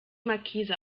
markise